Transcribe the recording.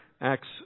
Acts